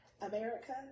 America